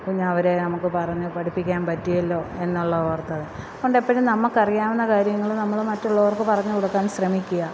പിന്നെ അവരെ നമുക്ക് പറഞ്ഞ് പഠിപ്പിക്കാൻ പറ്റിയല്ലോ എന്നുള്ള ഓര്ത്തത് പണ്ട് എപ്പഴും നമുക്ക് അറിയാവുന്ന കാര്യങ്ങള് നമ്മള് മറ്റുള്ളവര്ക്ക് പറഞ്ഞ് കൊടുക്കാൻ ശ്രമിക്കുക